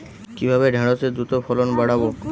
কিভাবে ঢেঁড়সের দ্রুত ফলন বাড়াব?